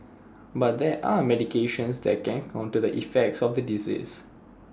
but there are medications that can counter the effects of the disease